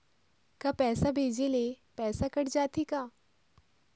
का पैसा भेजे ले पैसा कट जाथे का?